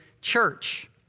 church